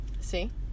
See